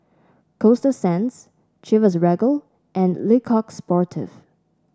Coasta Sands Chivas Regal and Le Coq Sportif